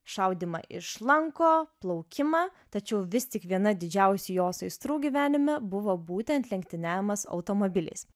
šaudymą iš lanko plaukimą tačiau vis tik viena didžiausių jos aistrų gyvenime buvo būtent lenktyniavimas automobiliais